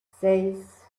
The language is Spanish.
seis